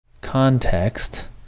context